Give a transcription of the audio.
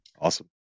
Awesome